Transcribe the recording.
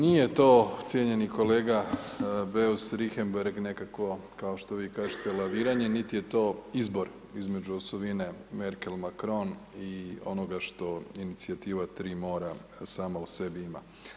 Nije to cijenjeni kolega Beus-Richembergh nekakvo kao što vi kažete laviranje niti je to izbor između osovine Merkel-Macron i onoga što inicijativa tri mora sama u sebi ima.